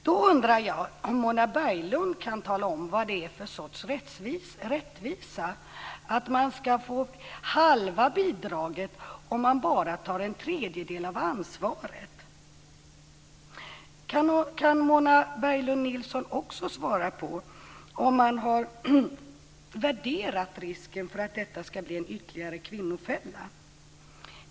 Då undrar jag om Mona Berglund Nilsson kan tala om vad det är för rättvisa att en förälder ska få halva bidraget om den bara tar en tredjedel av ansvaret. Kan Mona Berglund Nilsson också svara på om man har värderat risken för att detta ska bli en ytterligare kvinnofälla.